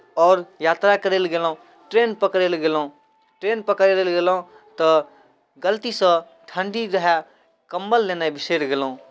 आओर यात्रा करय लेल गेलहुँ ट्रेन पकड़य लेल गेलहुँ ट्रेन पकड़ै लेल गेलहुँ तऽ गलतीसँ ठण्ढी रहए कम्बल लेनाइ बिसरि गेलहुँ